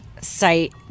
site